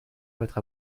votre